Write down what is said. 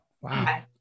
Wow